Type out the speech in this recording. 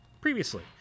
Previously